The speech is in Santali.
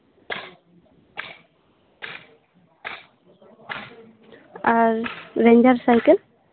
R ranger cycle